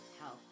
health